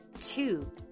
two